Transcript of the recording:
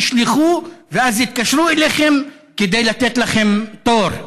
תשלחו ואז יתקשרו אליכם כדי לתת לכם תור.